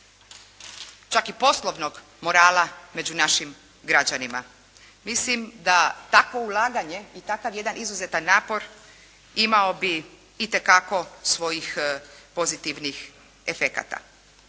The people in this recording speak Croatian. čak i poslovnog morala među našim građanima. Mislim da takvo vladanje i takav jedan izuzetan napor imao bi itekako svojih pozitivnih efekata.